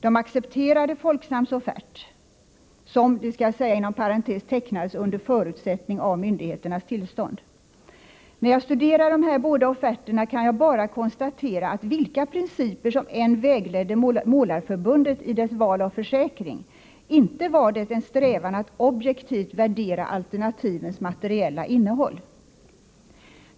De accepterade Folksams offert, som — det skall jag säga inom parentes — tecknades under förutsättning av myndigheternas tillstånd. När jag studerar de båda offerterna, kan jag bara konstatera att vilka principer som än vägledde Målareförbundet i dess val av försäkring, inte var det en strävan att objektivt värdera alternativens materiella innehåll.